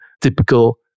typical